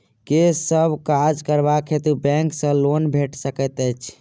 केँ सब काज करबाक हेतु बैंक सँ लोन भेटि सकैत अछि?